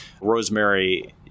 Rosemary